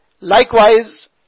Likewise